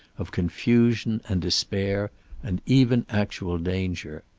of confusion and despair and even actual danger.